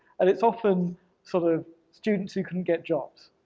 and it's often sort of students who couldn't get jobs.